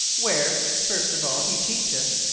where, first of all he teacheth,